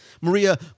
Maria